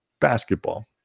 basketball